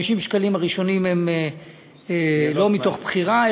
50 השקלים הראשונים הם לא מבחירה,